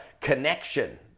connection